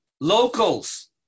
locals